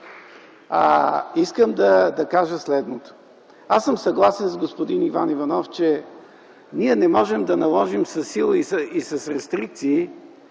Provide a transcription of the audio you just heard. Искам да кажа следното. Аз съм съгласен с господин Иван Иванов, че ние не можем да наложим със сила и с рестрикции